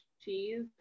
cheese